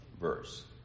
verse